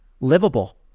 livable